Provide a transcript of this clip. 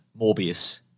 Morbius